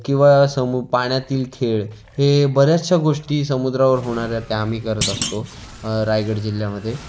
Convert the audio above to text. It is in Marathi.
किंवा समु पाण्यातील खेळ हे बऱ्याचशा गोष्टी समुद्रावर होणाऱ्या त्या आम्ही करत असतो रायगड जिल्ह्यामध्ये